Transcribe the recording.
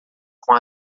com